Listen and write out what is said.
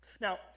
Now